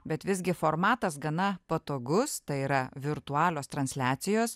bet visgi formatas gana patogus tai yra virtualios transliacijos